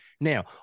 Now